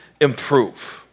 improve